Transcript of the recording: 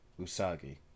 Usagi